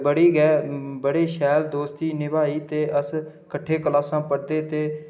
बड़ी गै बड़ी शैल दोस्ती निभाई ते अस किट्ठे क्लासां पढ़दे ते